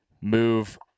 move